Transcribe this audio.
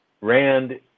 Rand